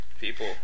people